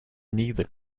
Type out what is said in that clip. neither